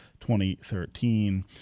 2013